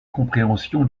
compréhension